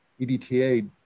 EDTA